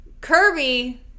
Kirby